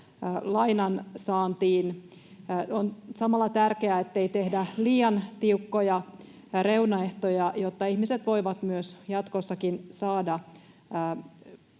lainansaantiin. On samalla tärkeää, ettei tehdä liian tiukkoja reunaehtoja, jotta ihmiset voivat jatkossakin saada